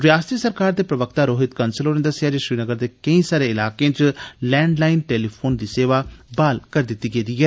रयासती सरकार दे प्रवक्ता रोहित कंसल होरें दस्सेया जे श्रीनगर दे केंई सारे इलाकें च लैंडलाइन टेलीफोन दी सेवा बहाल करी दिती गेदी ऐ